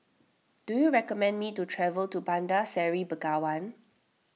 do you recommend me to travel to Bandar Seri Begawan